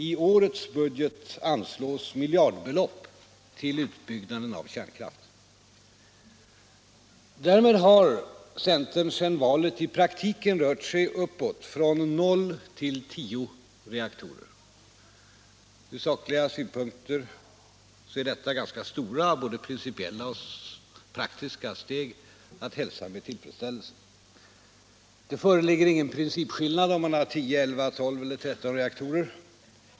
I årets budget anslås miljardbelopp till utbyggnaden av kärnkraft. Därmed har centern sedan valet i praktiken rört sig uppåt från noll till tio reaktorer. Sakligt sett är detta stora både principiella och praktiska steg att hälsa med tillfredsställelse. Det föreligger ingen principskillnad om man har 10, 11, 12 eller 13 reaktorer.